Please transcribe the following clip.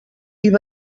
ibm